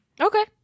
Okay